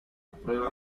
prueba